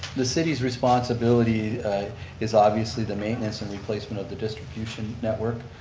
the city's responsibility is obviously the maintenance and replacement of the distribution network.